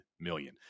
million